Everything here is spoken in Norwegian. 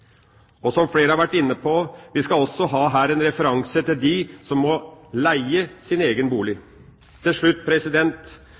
Og, som flere har vært inne på, vi skal også ha en referanse til dem som må leie sin egen